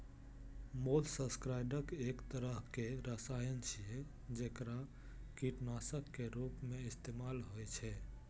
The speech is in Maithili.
मोलस्कसाइड्स एक तरहक रसायन छियै, जेकरा कीटनाशक के रूप मे इस्तेमाल होइ छै